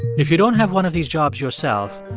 if you don't have one of these jobs yourself,